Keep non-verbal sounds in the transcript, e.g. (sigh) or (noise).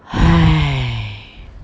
(noise)